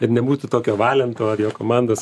ir nebūtų tokio valento ar jo komandos